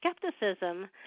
skepticism